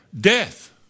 Death